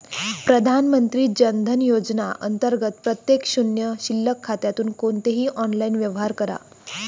प्रधानमंत्री जन धन योजना अंतर्गत प्रत्येक शून्य शिल्लक खात्यातून कोणतेही ऑनलाइन व्यवहार करा